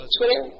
Twitter